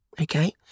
okay